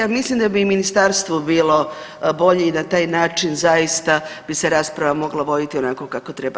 Ja mislim da bi i ministarstvo bilo bolje i na taj način zaista bi se rasprava mogla voditi onako kako treba.